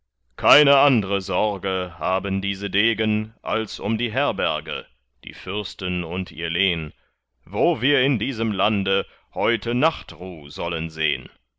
keine andre sorge haben diese degen als um die herberge die fürsten und ihr lehn wo wir in diesem lande heute nachtruh sollen sehn